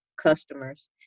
customers